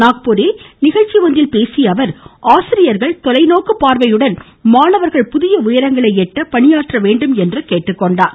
நாக்பூரில் நிகழ்ச்சி ஒன்றில் பேசியஅவர் ஆசிரியர்கள் தொலைநோக்கு பார்வையுடன் மாணவர்கள் புதிய உயரங்களை எட்ட பணியாற்ற வேண்டும் என்று வலியுறுத்தினார்